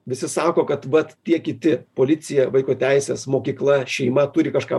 visi sako kad vat tie kiti policija vaiko teises mokykla šeima turi kažką